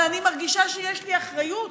אבל אני מרגישה שיש לי אחריות,